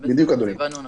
בדיוק, אדוני.